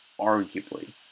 arguably